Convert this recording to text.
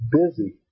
busy